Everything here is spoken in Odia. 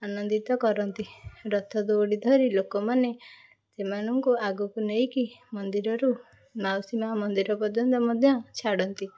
ଆନନ୍ଦିତ କରନ୍ତି ରଥ ଦୌଡ଼ି ଧରି ଲୋକମାନେ ସେମାନଙ୍କୁ ଆଗକୁ ନେଇକି ମନ୍ଦିରରୁ ମାଉସୀ ମା ମନ୍ଦିର ପର୍ଯ୍ୟନ୍ତ ମଧ୍ୟ ଛାଡ଼ନ୍ତି